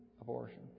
abortion